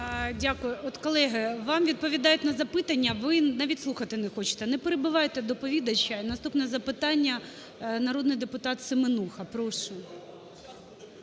Дякую. От, колеги, вам відповідають на запитання, ви навіть слухати не хочете, не перебивайте доповідача. І наступне запитання, народний депутат Семенуха, прошу.